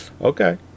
Okay